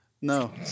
No